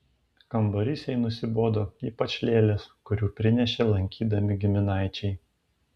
kambarys jai nusibodo ypač lėlės kurių prinešė lankydami giminaičiai